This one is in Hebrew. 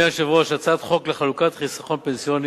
אדוני היושב-ראש, הצעת חוק לחלוקת חיסכון פנסיוני,